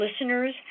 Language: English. listeners